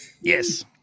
Yes